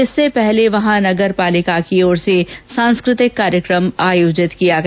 इससे पहले वहॉ नगरपालिका की ओर से सांस्कृतिक कार्यक्रम आयोजित किया गया